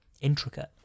intricate